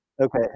okay